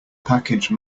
package